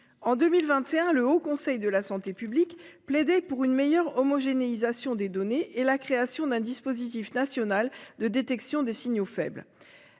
En 2021, le Haut Conseil de la santé publique plaidait pour une meilleure homogénéisation des données et la création d'un dispositif national de détection des signaux faibles.